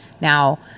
Now